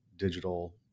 digital